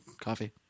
coffee